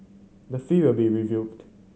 the fee will be reviewed